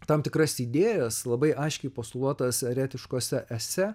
tam tikras idėjas labai aiškiai postuluotas eretiškose ese